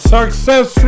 Success